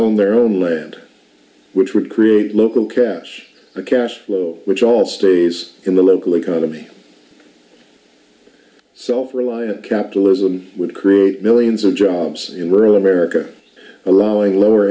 own their own land which would create local cash cash flow which all stays in the local economy self reliant capitalism would create millions of jobs in rural america allowing lower